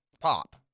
pop